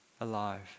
alive